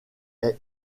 est